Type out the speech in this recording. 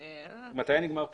מתי נגמר פסח?